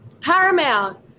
Paramount